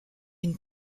une